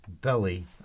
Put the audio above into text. belly